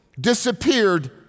disappeared